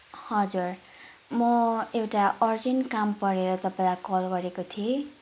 हजुर म एउटा अर्जेन्ट काम परेर तपाईँलाई कल गरेको थिएँ